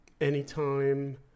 anytime